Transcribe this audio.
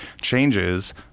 changes